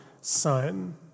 son